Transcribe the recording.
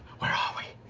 are we?